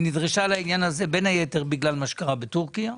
היא נדרשה לעניין בין היתר בגלל מה שקרה בטורקיה.